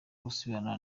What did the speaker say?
gusubirana